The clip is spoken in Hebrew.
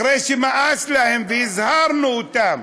אחרי שנמאס להם, והזהרנו אותם,